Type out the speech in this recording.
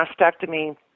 mastectomy